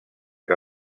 que